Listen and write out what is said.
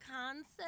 concept